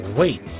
wait